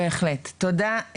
בהחלט, תודה.